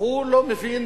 לא מבין